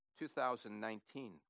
2019